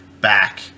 back